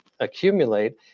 accumulate